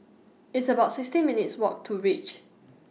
It's about sixteen minutes' Walk to REACH